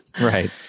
right